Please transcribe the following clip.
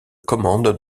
commande